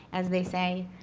as they say,